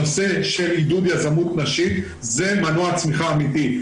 הנושא של עידוד יזמות נשית זה מנוע צמיחה אמיתי.